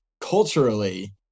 culturally